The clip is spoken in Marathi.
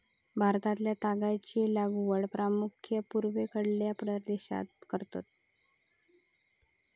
भारतातल्या तागाची लागवड प्रामुख्यान पूर्वेकडल्या प्रदेशात करतत